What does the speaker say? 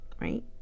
right